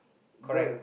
correct